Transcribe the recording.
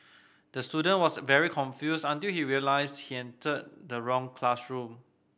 the student was very confused until he realised he entered the wrong classroom